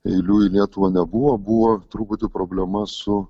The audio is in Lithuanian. eilių į lietuvą nebuvo buvo truputį problema su